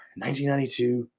1992